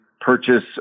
purchase